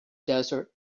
desert